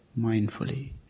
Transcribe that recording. mindfully